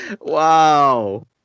Wow